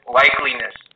likeliness